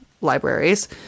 libraries